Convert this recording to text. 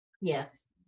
Yes